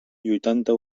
huitanta